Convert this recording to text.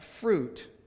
fruit